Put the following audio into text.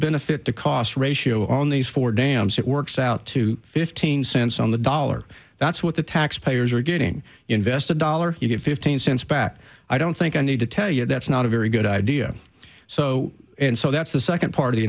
benefit to cost ratio on these four dams it works out to fifteen cents on the dollar that's what the tax payers are getting invested dollars you get fifteen cents back i don't think i need to tell you that's not a very good idea so and so that's the second part of the